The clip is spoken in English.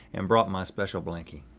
and brought my special blankie.